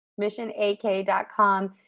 Missionak.com